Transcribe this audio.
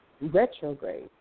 retrograde